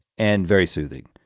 and very soothing.